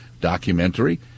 documentary